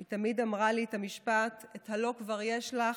היא תמיד אמרה לי את המשפט: את ה"לא" כבר יש לך.